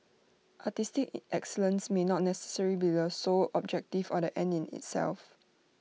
artistic excellence may not necessarily be the sole objective or the end in itself